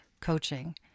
coaching